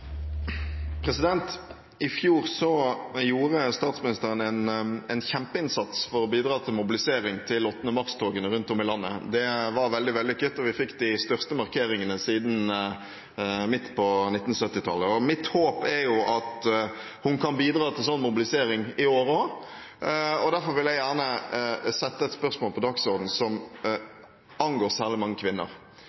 I fjor gjorde statsministeren en kjempeinnsats for å bidra til mobilisering til 8. mars-togene rundt om i landet. Det var veldig vellykket, og vi fikk de største markeringene siden midt på 1970-tallet. Mitt håp er at hun kan bidra til sånn mobilisering i år også, og derfor vil jeg gjerne sette et spørsmål på dagsordenen som angår særlig mange kvinner.